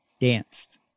danced